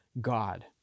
God